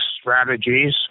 strategies